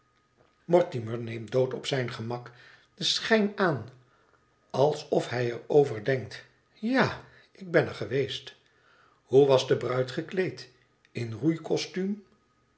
mortimer neemt dood op zijn gemak den schijn aan alsof hij er over denkt ja ik ben er geweest hoe was de bruid gekleed in